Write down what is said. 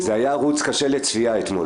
זה היה ערוץ קשה לצפייה אתמול.